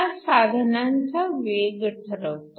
हा साधनांचा वेग ठरवतो